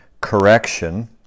correction